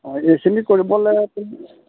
অঁ এইখিনি কৰিবলৈ তুমি